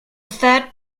third